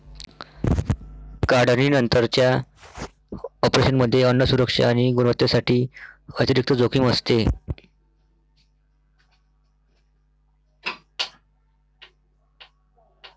काढणीनंतरच्या ऑपरेशनमध्ये अन्न सुरक्षा आणि गुणवत्तेसाठी अतिरिक्त जोखीम असते